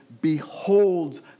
beholds